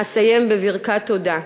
אסיים בברכת תודה: